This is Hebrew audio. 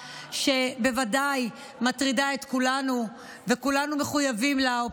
שבוודאי מטרידה את כולנו וכולנו מחויבים לה,